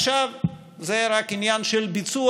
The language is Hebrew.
עכשיו זה רק עניין של ביצוע.